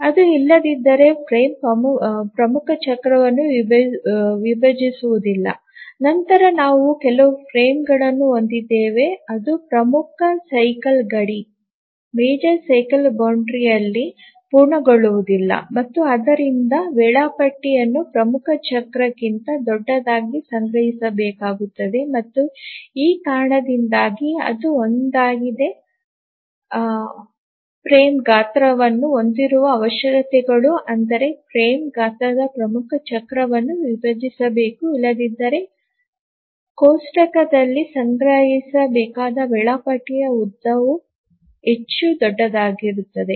ಅದು ಇಲ್ಲದಿದ್ದರೆ ಫ್ರೇಮ್ ಪ್ರಮುಖ ಚಕ್ರವನ್ನು ವಿಭಜಿಸುವುದಿಲ್ಲ ನಂತರ ನಾವು ಕೆಲವು ಫ್ರೇಮ್ಗಳನ್ನು ಹೊಂದಿದ್ದೇವೆ ಅದು ಪ್ರಮುಖ ಸೈಕಲ್ ಗಡಿಯಲ್ಲಿ ಪೂರ್ಣಗೊಳ್ಳುವುದಿಲ್ಲ ಮತ್ತು ಆದ್ದರಿಂದ ವೇಳಾಪಟ್ಟಿಯನ್ನು ಪ್ರಮುಖ ಚಕ್ರಕ್ಕಿಂತ ದೊಡ್ಡದಾಗಿ ಸಂಗ್ರಹಿಸಬೇಕಾಗುತ್ತದೆ ಮತ್ತು ಈ ಕಾರಣದಿಂದಾಗಿ ಅದು ಒಂದಾಗಿದೆ ಫ್ರೇಮ್ ಗಾತ್ರವನ್ನು ಹೊಂದಿಸುವ ಅವಶ್ಯಕತೆಗಳು ಅಂದರೆ ಫ್ರೇಮ್ ಗಾತ್ರವು ಪ್ರಮುಖ ಚಕ್ರವನ್ನು ವಿಭಜಿಸಬೇಕು ಇಲ್ಲದಿದ್ದರೆ ಕೋಷ್ಟಕದಲ್ಲಿ ಸಂಗ್ರಹಿಸಬೇಕಾದ ವೇಳಾಪಟ್ಟಿ ಉದ್ದವು ಹೆಚ್ಚು ದೊಡ್ಡದಾಗಿರುತ್ತದೆ